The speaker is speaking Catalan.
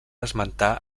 esmentar